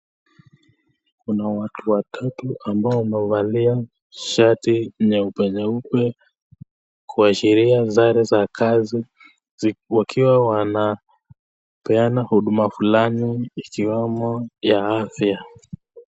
Kuna watu watatu ambao wamevalia shati nyeupe nyeupe kuashiria sare za kazi. Wakiwa wanapeana huduma fulani, ikiwemo ya afya.